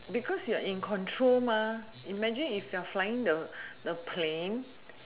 because you are in control imagine if you are flying the the plane